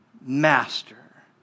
master